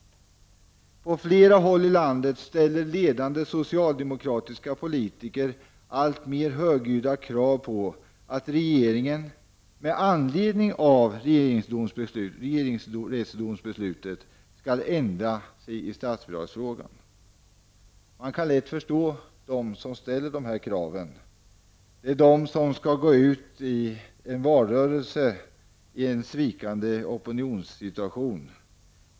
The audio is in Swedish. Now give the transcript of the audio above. På flera håll i landet ställer ledande socialdemokratiska politiker alltmer högljudda krav på att regeringen med anledning av regeringsrättsdomslutet skall ändra sig i statsbidragsfrågan. Man kan lätt förstå dem som ställer sådana krav. Det är de som skall gå ut i en valrörelse i en situation med svikande opinionssiffror.